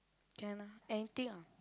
can lah anything ah